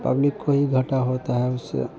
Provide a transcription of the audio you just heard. public को ही घाटा होता है उससे